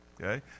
Okay